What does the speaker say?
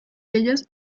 ellas